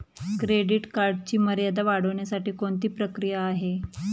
Credit कार्डची मर्यादा वाढवण्यासाठी कोणती प्रक्रिया आहे?